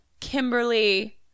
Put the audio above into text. Kimberly